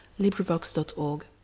LibriVox.org